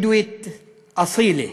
בדואית, אס'ילה,